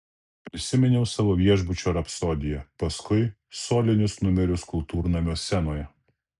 prisiminiau savo viešbučio rapsodiją paskui solinius numerius kultūrnamio scenoje